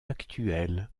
actuel